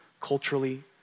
culturally